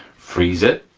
freeze it,